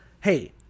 Hey